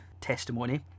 testimony